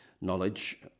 Knowledge